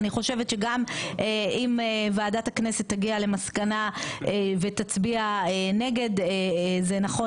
אני חושבת שגם אם ועדת הכנסת תגיע למסקנה ותצביע נגד זה נכון